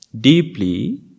deeply